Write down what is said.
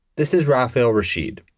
this is rafael rasheed.